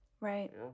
Right